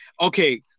Okay